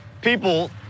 people